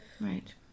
right